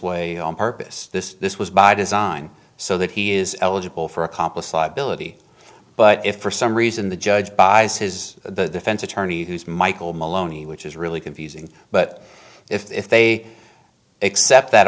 way on purpose this this was by design so that he is eligible for accomplice liability but if for some reason the judge buys his the fence attorney who's michael maloney which is really confusing but if they accept that